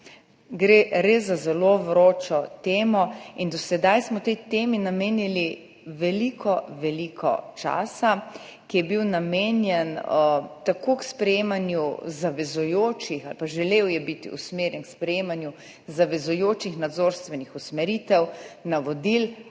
res za zelo vročo temo in do sedaj smo tej temi namenili veliko, veliko časa, ki je bil namenjen tako sprejemanju zavezujočih oziroma želel je biti usmerjen k sprejemanju zavezujočih nadzorstvenih usmeritev, navodil